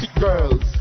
girls